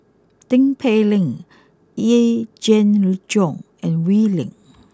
Tin Pei Ling Yee Jenn Jong and Wee Lin